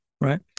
right